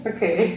Okay